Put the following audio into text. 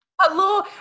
Hello